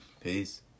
Peace